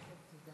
הקדוש-ברוך-הוא.